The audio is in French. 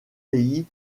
pays